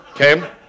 Okay